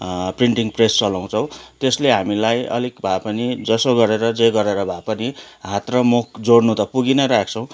printing press चलाउँछौँ त्यसले हामीलाई अलिक भए पनि जसो गरेर जे गरेर भए पनि हात र मुख जोड्नु त पुगी नै रहेको छौँ